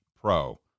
pro